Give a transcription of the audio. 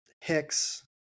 Hicks